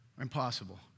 Impossible